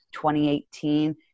2018